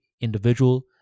individual